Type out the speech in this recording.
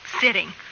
sitting